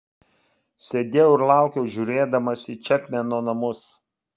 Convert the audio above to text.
sėdėjau ir laukiau žiūrėdamas į čepmeno namus